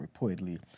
reportedly